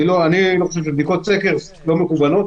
אני לא חושב שבדיקות סקר לא מכוונות.